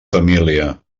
família